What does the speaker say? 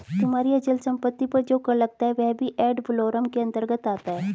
तुम्हारी अचल संपत्ति पर जो कर लगता है वह भी एड वलोरम कर के अंतर्गत आता है